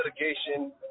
litigation